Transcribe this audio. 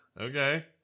Okay